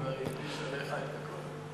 כבר הלביש עליך את הכול.